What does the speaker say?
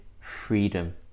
freedom